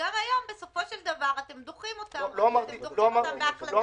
שגם היום אתם דוחים בסופו של דבר בהחלטה של מנהל רשות המיסים.